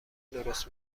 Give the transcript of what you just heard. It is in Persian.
درست